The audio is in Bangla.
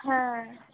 হ্যাঁ